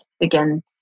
Again